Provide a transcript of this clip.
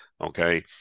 okay